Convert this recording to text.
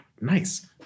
nice